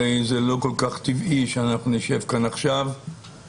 הרי זה לא כל כך טבעי שאנחנו נשב כאן עכשיו כשאנחנו